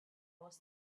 was